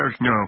no